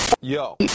Yo